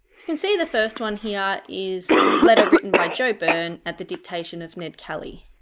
you can see the first one here is letter written by joe byrne at the dictation of ned kelly,